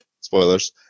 Spoilers